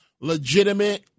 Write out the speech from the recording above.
legitimate